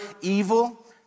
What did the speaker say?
evil